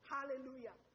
Hallelujah